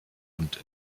und